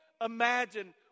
imagine